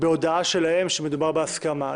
דובר על הסכמה.